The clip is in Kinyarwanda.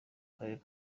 karere